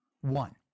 One